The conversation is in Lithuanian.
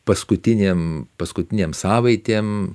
paskutinėm paskutinėm savaitėm